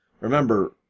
remember